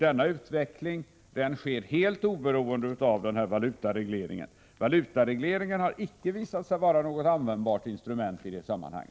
Denna utveckling sker helt oberoende av valutaregleringen. Valutaregleringen har icke visat sig vara något användbart instrument i detta sammanhang.